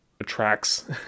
attracts